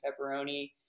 pepperoni